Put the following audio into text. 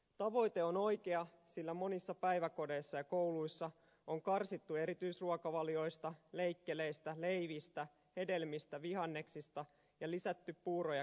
tavoite on oikea sillä monissa päiväkodeissa ja kouluissa on karsittu erityisruokavalioista leikkeleistä leivistä hedelmistä vihanneksista ja lisätty puuro ja keittopäiviä